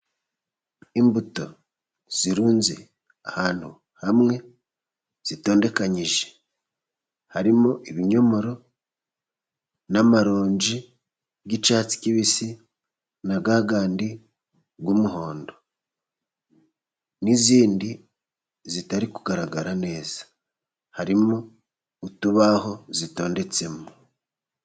Imbuto zirunze ahantu hamwe zitondekanyije, harimo ibinyomoro n'amaronji y'icyatsi kibisi, na yayandi y'umuhondo, n'izindi zitari kugaragara neza. Harimo utubaho zitondetsemo.